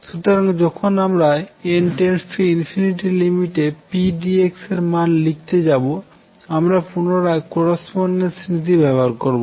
সুতরাং যখন আমরা n→ ∞লিমিটে pdx এরমান লিখতে যাবো আমরা পুনরায় করেসপন্ডেন্স নীতি ব্যবহার করব